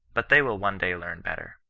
but they will one day learn' better.